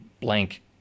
blank